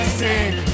sing